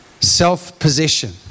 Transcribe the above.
Self-possession